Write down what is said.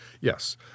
Yes